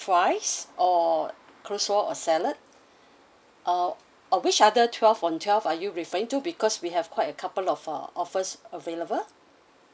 fries or coleslaw or salad uh uh which other twelve on twelve are you referring to because we have quite a couple of uh offers available